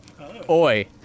Oi